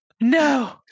No